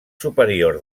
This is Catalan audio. superior